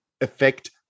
affect